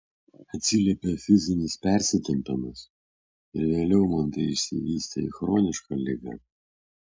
atsiliepė fizinis persitempimas ir vėliau man tai išsivystė į chronišką ligą